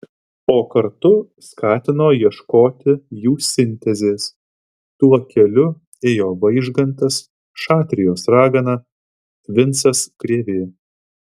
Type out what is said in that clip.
o kartu skatino ieškoti jų sintezės tuo keliu ėjo vaižgantas šatrijos ragana vincas krėvė